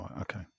Okay